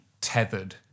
tethered